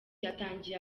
yatangiye